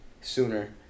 sooner